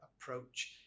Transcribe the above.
approach